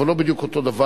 אבל לא בדיוק אותו דבר,